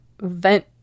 vent